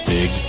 Big